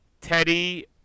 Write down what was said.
teddy